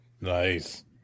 Nice